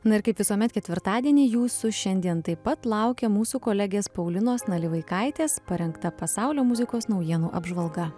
na ir kaip visuomet ketvirtadienį jūsų šiandien taip pat laukia mūsų kolegės paulinos nalivaikaitės parengta pasaulio muzikos naujienų apžvalga